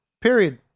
period